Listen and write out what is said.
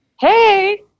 hey